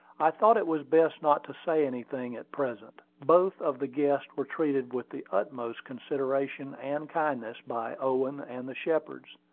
i thought it was best not to say anything at present. both of the guests were treated with the utmost consideration and kindness by owen and the shepards.